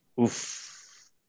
Oof